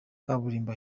kaburimbo